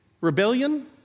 rebellion